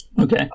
Okay